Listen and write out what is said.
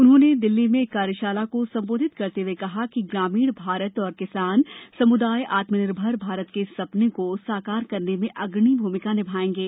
उन्होंने दिल्ली में एक कार्यशाला को संबोधित करते हुए कहा कि ग्रामीण भारत और किसान समुदाय आत्मनिर्भर भारत के सपने को साकार करने में अग्रणी भूमिका निभाएंगे